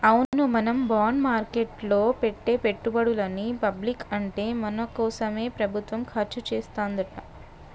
అవును మనం బాండ్ మార్కెట్లో పెట్టే పెట్టుబడులని పబ్లిక్ అంటే మన కోసమే ప్రభుత్వం ఖర్చు చేస్తాడంట